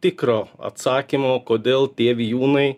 tikro atsakymo kodėl tie vijūnai